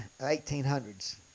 1800s